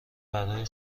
پرهای